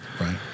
Right